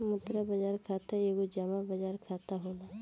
मुद्रा बाजार खाता एगो जमा बाजार खाता होला